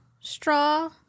straw